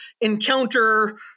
encounter